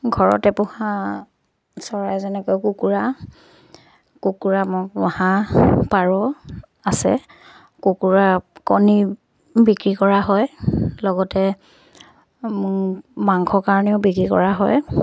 ঘৰতে পোহা চৰাই যেনেকৈ কুকুৰা কুকুৰা মোক হাঁহ পাৰ আছে কুকুৰা কণী বিক্ৰী কৰা হয় লগতে মাংস কাৰণেও বিক্ৰী কৰা হয়